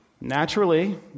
Naturally